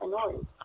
annoyed